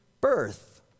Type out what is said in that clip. birth